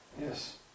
yes